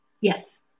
Yes